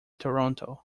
toronto